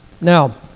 Now